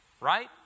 right